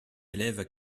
élèves